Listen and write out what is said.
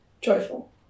Joyful